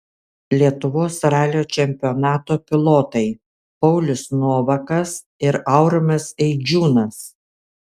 lietuvos ralio čempionato pilotai paulius novakas ir aurimas eidžiūnas